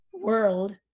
world